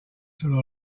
sooner